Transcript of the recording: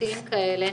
התנדבותיים כאלה,